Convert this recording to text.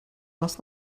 last